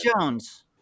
Jones